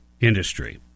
industry